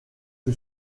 que